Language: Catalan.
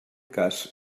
cas